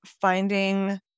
finding